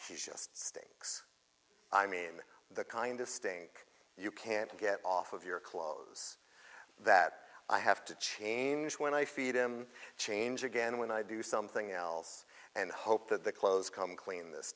year he's just stinks i mean the kind of stink you can't get off of your clothes that i have to change when i feed him change again when i do something else and hope that the clothes come clean this